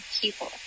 people